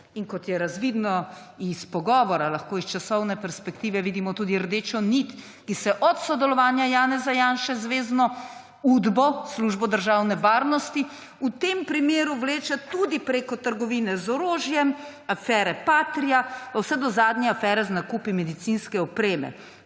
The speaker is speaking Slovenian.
Kot je razvidno iz pogovora, lahko iz časovne perspektive vidimo tudi rdečo nit, ki se od sodelovanja Janeza Janše z zvezno Udbo, Službo državne varnosti, v tem primeru vleče tudi preko trgovine z orožjem, afere Patria pa vse do zadnje afere z nakupi medicinske opreme.